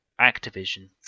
Activision